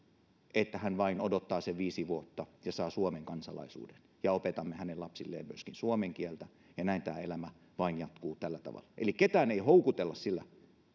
että hän vain odottaa sen viisi vuotta ja saa suomen kansalaisuuden me opetamme hänen lapsilleen myöskin suomen kieltä ja näin tämä elämä vain jatkuu tällä tavalla eli ketään ei houkutella sillä